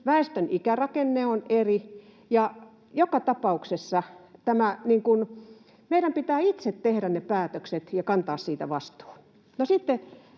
väestön ikärakenne on eri, ja joka tapauksessa meidän pitää itse tehdä ne päätökset ja kantaa siitä vastuu.